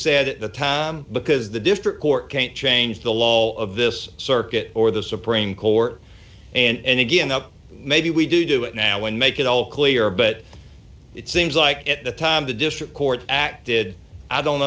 said at the time because the district court can't change the law all of this circuit or the supreme court and again up maybe we do do it now and make it all clear but it seems like at the time the district court acted i don't